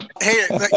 hey